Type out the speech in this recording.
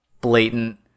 blatant